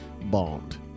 bond